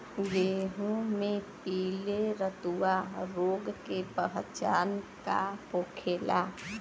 गेहूँ में पिले रतुआ रोग के पहचान का होखेला?